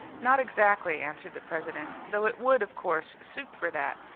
not exactly, answered the president, though it would, of course, suit for that.